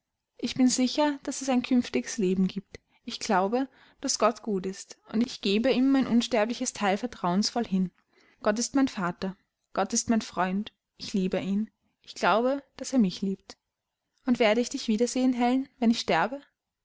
ich bin sicher daß es ein künftiges leben giebt ich glaube daß gott gut ist ich gebe ihm mein unsterbliches teil vertrauensvoll hin gott ist mein vater gott ist mein freund ich liebe ihn ich glaube daß er mich liebt und werde ich dich wiedersehen helen wenn ich sterbe